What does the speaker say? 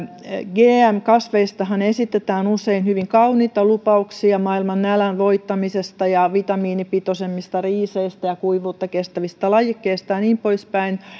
gm kasveistahan esitetään usein hyvin kauniita lupauksia maailman nälän voittamisesta vitamiinipitoisemmista riiseistä kuivuutta kestävistä lajikkeista ja niin poispäin